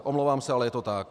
Omlouvám se, ale je to tak.